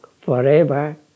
forever